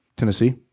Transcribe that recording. Tennessee